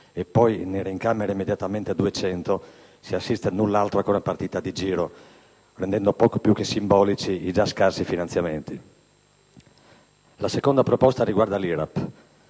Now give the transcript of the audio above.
e poi ne reincamera immediatamente 200, si assiste a null'altro che a una partita di giro, rendendo poco più che simbolici i già scarsi finanziamenti. La seconda proposta riguarda l'IRAP.